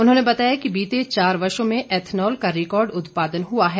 उन्होंने बताया कि बीते चार वर्षों में एथनॉल का रिकॉर्ड उत्पादन हुआ है